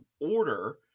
order